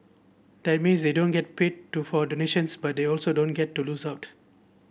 that means they don't get paid to for the nations but they also don't get to lose out